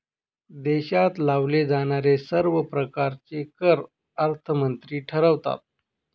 देशात लावले जाणारे सर्व प्रकारचे कर अर्थमंत्री ठरवतात